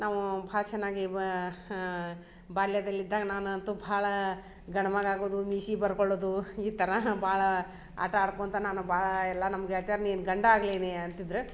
ನಾವು ಭಾಳ ಚೆನ್ನಾಗಿ ವಾ ಬಾಲ್ಯದಲ್ಲಿದ್ದಾಗ ನಾನಂತು ಭಾಳಾ ಗಂಡು ಮಗ ಆಗೋದು ಮೀಶಿ ಬರ್ಕೊಳ್ಳೋದು ಈ ಥರ ಭಾಳ ಆಟ ಆಡ್ಕೊಳ್ತಾ ನಾನು ಭಾಳಾ ಎಲ್ಲಾ ನಮ್ಮ ಗೆಳ್ತ್ಯರು ನೀನು ಗಂಡಾಗಲಿ ನೀ ಅಂತಿದ್ರ